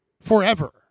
forever